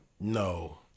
No